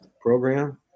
program